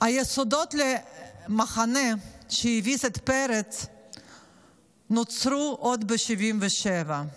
היסודות למחנה שהביס את פרס נוצרו עוד ב-77'.